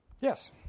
Yes